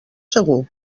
segur